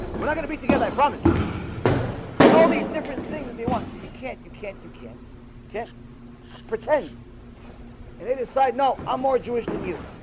we're not gonna be together. i promise then all these different they want so you can't you can't you can't kiss pretend and they decide no, i'm more jewish than you.